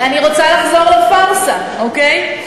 אני רוצה לחזור לפארסה, אוקיי?